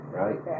right